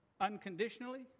unconditionally